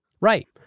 Right